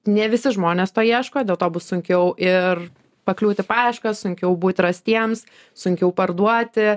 ne visi žmonės to ieško dėl to bus sunkiau ir pakliūt į paieškas sunkiau būti rastiems sunkiau parduoti